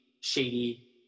shady